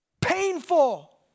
painful